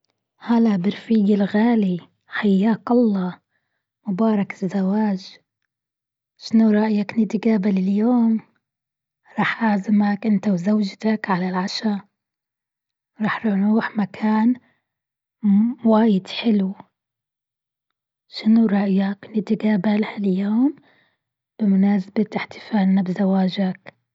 هلا برفيقي الغالي. حياك الله. مبارك الزواج. شنو رأيك نتقابل اليوم. راح أعزمك أنت وزوجتك على العشا. رح نروح مكان وايد حلو. شنو رأيك نتقابل هاليوم بمناسبة احتفالنا بزواجك.